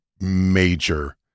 major